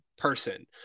Person